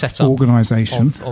organization